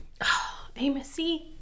Amosy